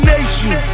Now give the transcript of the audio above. Nation